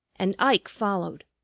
and ike followed.